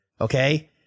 okay